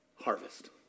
harvest